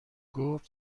گفت